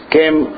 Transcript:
came